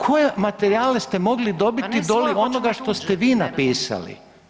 Koje materijale ste mogli dobiti ... [[Upadica se ne čuje.]] doli onoga što ste vi napisali?